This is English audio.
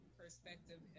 perspective